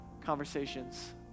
conversations